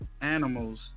animals